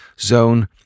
Zone